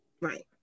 Right